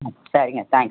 ம் சரிங்க தேங்க்ஸ்